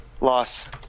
Loss